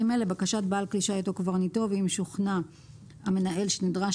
לבקשת בעל כלי שיט או קברניטו ואם שוכנע המנהל שנדרש